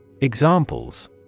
Examples